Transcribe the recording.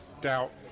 doubt